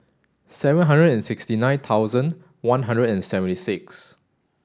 seven hundred and sixty nine thousand one hundred and seventy six